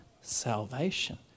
salvation